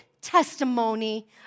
testimony